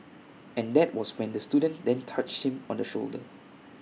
and that was when the student then touched him on the shoulder